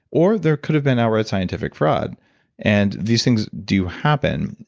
or there could have been outright scientific fraud and these things do happen,